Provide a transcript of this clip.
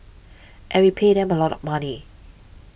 and we pay them a lot of money